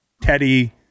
Teddy